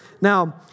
Now